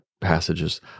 passages